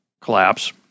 collapse